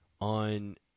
on